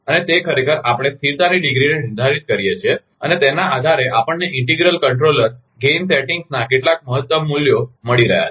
અને તે ખરેખર આપણે સ્થિરતાની ડિગ્રીને નિર્ધારિત કરીએ છીએ અને તેના આધારે આપણને ઇન્ટિગલ કંટ્રોલર ગેઇન સેટિંગ્સ ના કેટલાક મહત્તમ મૂલ્યો ઓપટીમ્મ વેલ્યુસ મળી રહ્યાં છે